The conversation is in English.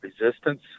resistance